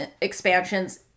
expansions